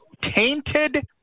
tainted